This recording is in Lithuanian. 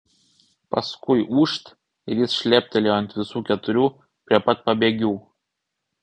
paskui ūžt ir jis šleptelėjo ant visų keturių prie pat pabėgių